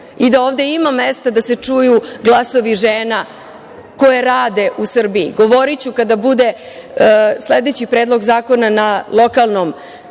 i da ovde ima mesta da se čuju glasovi žena koje rade u Srbiji. Govoriću kada bude sledeći predlog zakona za lokalne